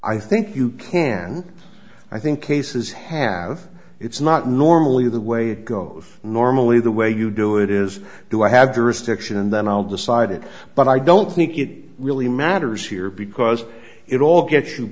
i think you can i think cases have it's not normally the way it goes normally the way you do it is do i have jurisdiction and then i'll decide it but i don't think it really matters here because it all gets